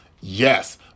Yes